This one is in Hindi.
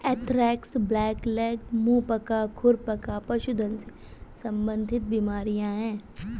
एंथ्रेक्स, ब्लैकलेग, मुंह पका, खुर पका पशुधन से संबंधित बीमारियां हैं